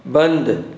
बंदि